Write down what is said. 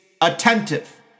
attentive